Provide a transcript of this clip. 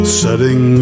setting